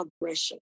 aggression